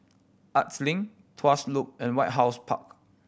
Arts Link Tuas Loop and White House Park